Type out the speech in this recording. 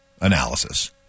analysis